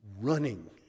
running